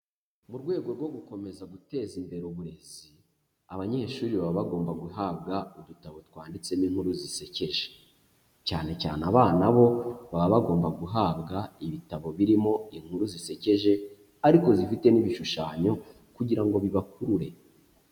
Mu rwego rwo gukomeza guteza imbere uburezi, abanyeshuri baba bagomba guhabwa udutabo twanditsemo inkuru zisekeje, cyane cyane abana bo baba bagomba guhabwa ibitabo birimo inkuru zisekeje ariko zifite n'ibishushanyo kugira ngo bibakurure.